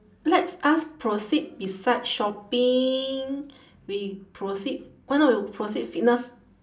let's us proceed beside shopping we proceed why not we proceed fitness